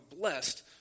blessed